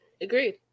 Agreed